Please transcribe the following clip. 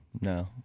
no